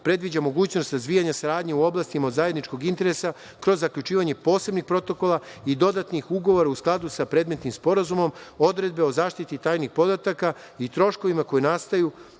predviđa mogućnost razvijanja saradnje u oblasti od zajedničkog interesa kroz zaključivanje posebnih protokola i dodatnih ugovora u skladu sa predmetnim sporazumom, odredbe o zaštiti tajnih podataka i troškovima koji nastanu